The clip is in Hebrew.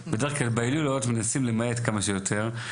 ובהילולת מנסים למעט מה שיותר.